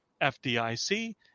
FDIC